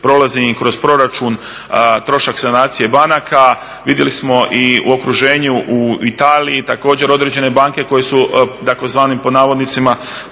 prolazi im kroz proračun trošak sanacije banaka. Vidjeli smo i u okruženju u Italiji također određene banke koje su tzv. pod navodnicima